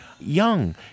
Young